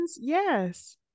Yes